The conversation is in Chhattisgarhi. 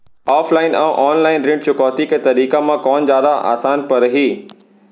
ऑफलाइन अऊ ऑनलाइन ऋण चुकौती के तरीका म कोन जादा आसान परही?